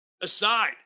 aside